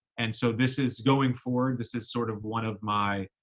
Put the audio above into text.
and so this is, going forward, this is sort of one of my,